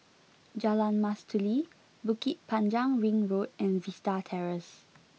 Jalan Mastuli Bukit Panjang Ring Road and Vista Terrace